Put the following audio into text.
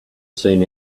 seen